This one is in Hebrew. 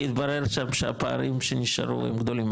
כי יתברר שהפערים שנשארו הם גדולים,